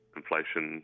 inflation